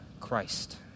Christ